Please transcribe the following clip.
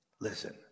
Listen